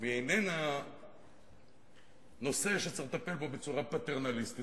והיא איננה נושא שצריך לטפל בו בצורה פטרנליסטית.